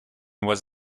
was